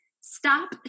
stop